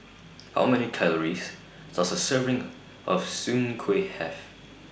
How Many Calories Does A Serving of Soon Kueh Have